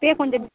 இப்போயே கொஞ்சம்